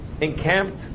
encamped